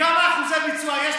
כמה אחוזי ביצוע יש?